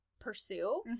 pursue